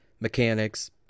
mechanics